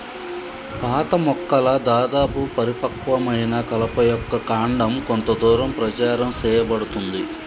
పాత మొక్కల దాదాపు పరిపక్వమైన కలప యొక్క కాండం కొంత దూరం ప్రచారం సేయబడుతుంది